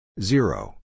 zero